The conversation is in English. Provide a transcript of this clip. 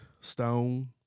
stone